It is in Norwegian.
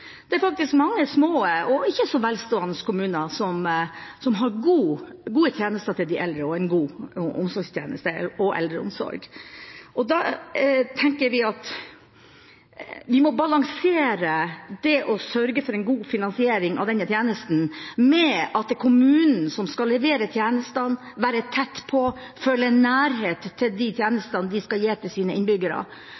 Det er faktisk mange små og ikke så velstående kommuner som har gode tjenester til de eldre, en god omsorgstjeneste og eldreomsorg. Da tenker vi at vi må balansere det å sørge for en god finansiering av disse tjenestene med at det er kommunen som skal levere tjenestene, være tett på, føle nærhet til de tjenestene de skal gi til sine innbyggere.